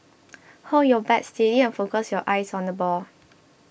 hold your bat steady and focus your eyes on the ball